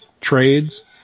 trades